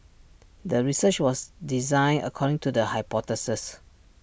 the research was designed according to the hypothesis